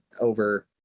over